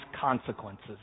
consequences